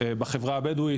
בחברה הבדואית.